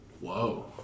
Whoa